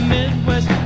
Midwest